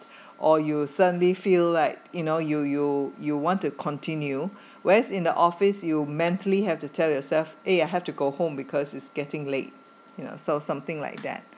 or you suddenly feel like you know you you you want to continue whereas in the office you mentally have to tell yourself eh I have to go home because is getting late you know so something like that